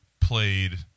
played